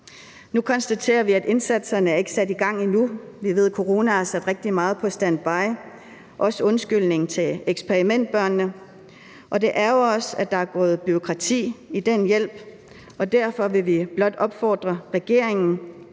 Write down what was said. Nu konstaterer vi, at indsatserne ikke er sat i gang endnu. Vi ved, at coronaen har sat rigtig meget på standby, også undskyldningen til eksperimentbørnene, og det ærgrer os, at der er gået bureaukrati i den hjælp, og derfor vil vi blot opfordre regeringen